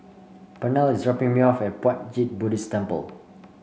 pernell is dropping me off at Puat Jit Buddhist Temple